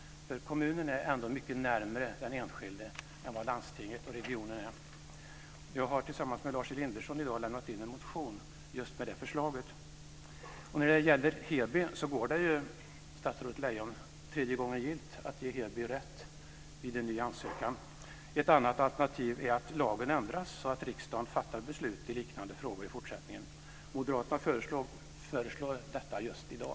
Kommunen är ändå mycket närmare den enskilde än vad landstinget och regionen är. Jag har tillsammans med Lars Elinderson i dag lämnat in en motion med just det förslaget. När det gäller Heby så går det ju, statsrådet Lejon, att tredje gången gillt ge Heby rätt vid en ny ansökan. Ett annat alternativ är att lagen ändras så att riksdagen fattar beslut i liknande frågor i fortsättningen. Moderaterna föreslår detta just i dag.